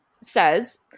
says